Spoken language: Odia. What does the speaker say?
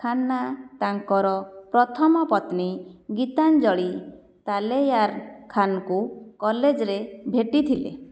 ଖାନ୍ନା ତାଙ୍କର ପ୍ରଥମ ପତ୍ନୀ ଗୀତାଞ୍ଜଳି ତାଲେୟାର ଖାନଙ୍କୁ କଲେଜରେ ଭେଟିଥିଲେ